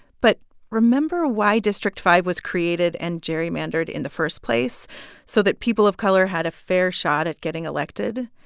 but remember why district five was created and gerrymandered in the first place so that people of color had a fair shot at getting elected.